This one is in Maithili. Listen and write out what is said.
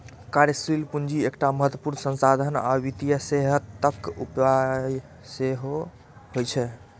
कार्यशील पूंजी एकटा महत्वपूर्ण संसाधन आ वित्तीय सेहतक उपाय सेहो होइ छै